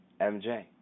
MJ